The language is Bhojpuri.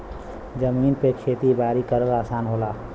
जमीन पे खेती बारी करल आसान होला